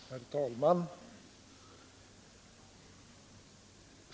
Herr talman!